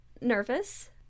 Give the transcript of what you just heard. nervous